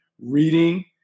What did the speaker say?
reading